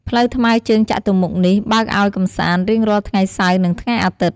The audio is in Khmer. ផ្លូវថ្មើរជើងចតុមុខនេះ បើកឲ្យកម្សាន្ដរៀងរាល់ថ្ងៃសៅរ៍ និងថ្ងៃអាទិត្យ។